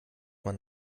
man